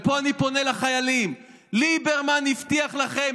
ופה אני פונה לחיילים: ליברמן הבטיח לכם